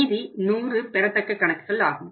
மீதி 100 பெறத்தக்க கணக்குகள் ஆகும்